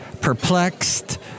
perplexed